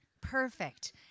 Perfect